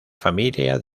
familia